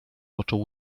począł